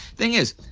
thing is,